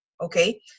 Okay